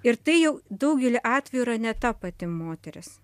ir tai jau daugeliu atvejų yra ne ta pati moteris